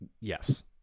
Yes